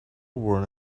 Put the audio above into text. wore